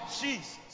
Jesus